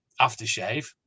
aftershave